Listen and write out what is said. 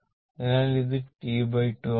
അതിനാൽ ഇത് ടി2 ആണ്